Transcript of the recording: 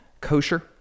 kosher